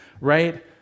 right